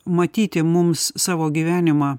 matyti mums savo gyvenimą